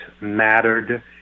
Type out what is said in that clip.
mattered